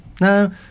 Now